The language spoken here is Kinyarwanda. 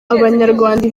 abanyarwanda